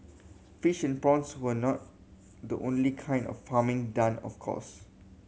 fish and prawns were not the only kind of farming done of course